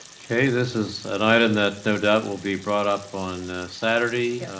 okay. this is an item that no doubt will be brought up on saturday. yes.